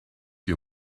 you